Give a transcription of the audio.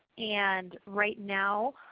and right now